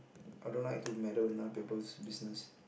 I don't like to meddle with other people business